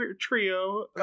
trio